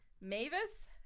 Mavis